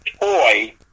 toy